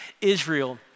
Israel